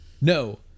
no